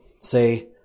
say